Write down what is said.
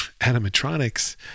animatronics